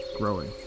growing